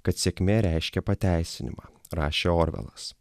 kad sėkmė reiškia pateisinimą rašė orvelas